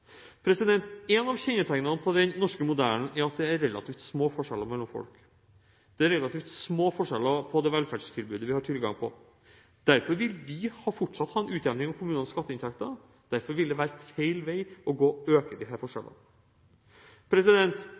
av kjennetegnene på den norske modellen er at det er relativt små forskjeller mellom folk. Det er relativt små forskjeller på det velferdstilbudet vi har tilgang til. Derfor ville vi fortsatt ha en utjevning av kommunenes skatteinntekter, derfor ville det være feil vei å gå å øke